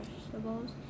vegetables